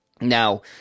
Now